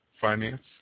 finance